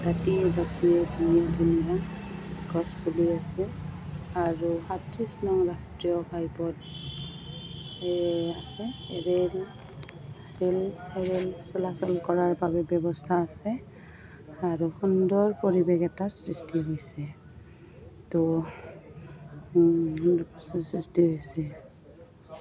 ধুনীয়া ধুনীয়া গছ পুলি আছে আৰু সাতত্ৰিশ নং ৰাষ্ট্ৰীয় ঘাইপথ আছে ৰেল ৰেল ৰেল চলাচল কৰাৰ বাবে ব্যৱস্থা আছে আৰু সুন্দৰ পৰিৱেশ এটাৰ সৃষ্টি হৈছে ত' সৃষ্টি হৈছে